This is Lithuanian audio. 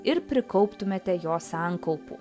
ir prikauptumėte jo sankaupų